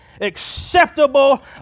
acceptable